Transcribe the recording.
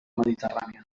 mediterrània